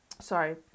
sorry